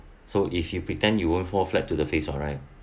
so if you pretend you won't fall flat to the face alright